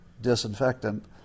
disinfectant